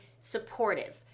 supportive